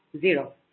zero